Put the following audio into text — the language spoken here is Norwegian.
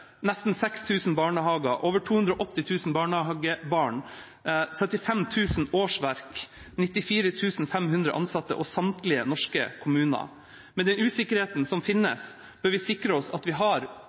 nesten 6 000 barnehager, over 280 000 barnehagebarn, 75 000 årsverk, 94 500 ansatte og samtlige norske kommuner. Med den usikkerheten som